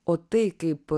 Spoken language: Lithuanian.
o tai kaip